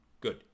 Good